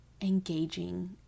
engaging